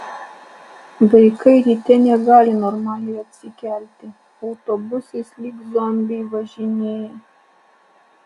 vaikai ryte negali normaliai atsikelti autobusais lyg zombiai važinėja